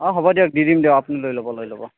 অ' হ'ব দিয়ক দি দিম দিয়ক আপুনি লৈ ল'ব লৈ ল'ব